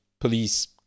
police